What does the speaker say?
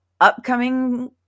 upcoming